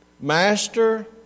Master